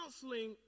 counseling